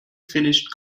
finished